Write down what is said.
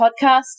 podcast